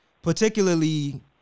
particularly